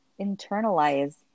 internalize